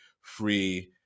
free